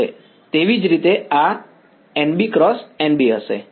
હા તો આ N A × N A હશે તેવી જ રીતે આ N B × N B હશે